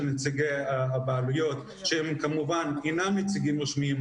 נציגי הבעלויות שהם כמובן אינם נציגים רשמיים.